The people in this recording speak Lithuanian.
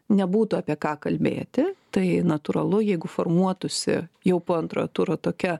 nebūtų apie ką kalbėti tai natūralu jeigu formuotųsi jau po antrojo turo tokia